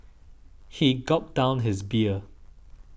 he gulped down his beer